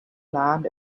land